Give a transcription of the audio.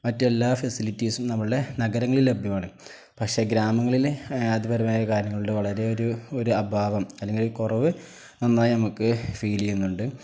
മറ്റ് എല്ലാ ഫെസിലിറ്റീസും നമ്മളുടെ നഗരങ്ങളിൽ ലഭ്യമാണ് പക്ഷേ ഗ്രാമങ്ങളിൽ അത്പരമായ കാര്യങ്ങളുടെ വളരെ ഒരു ഒരു അഭാവം അല്ലെങ്കിൽ കുറവ് നന്നായി നമുക്ക് ഫീൽ ചെയ്യുന്നുണ്ട്